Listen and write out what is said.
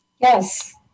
Yes